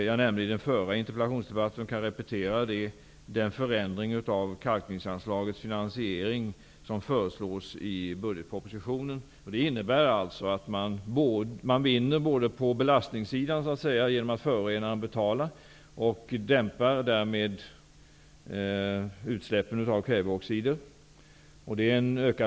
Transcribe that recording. Jag nämnde i den förra interpellationsdebatten och kan repetera det den förändring av kalkanslagets finansiering som föreslås i budgetpropositionen. Man vinner så att säga på belastningssidan genom att förorenaren betalar och dämpar därmed utsläppen av kväveoxider.